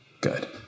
good